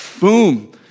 boom